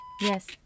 Yes